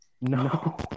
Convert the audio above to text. No